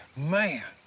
man.